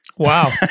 Wow